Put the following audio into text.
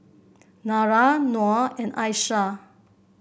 Dara Noh and Aisyah